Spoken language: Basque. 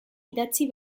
idatzi